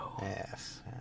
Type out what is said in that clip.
Yes